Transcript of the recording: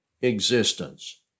existence